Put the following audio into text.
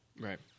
Right